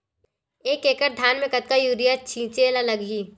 एक एकड़ धान में कतका यूरिया छिंचे ला लगही?